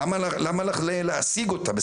למה להסיג אותה?